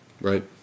Right